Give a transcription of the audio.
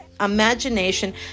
imagination